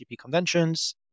conventions